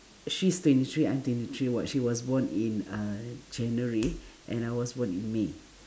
she's twenty three I'm twenty three but she was born in January and I was born in may